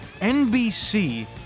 NBC